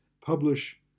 publish